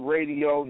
Radio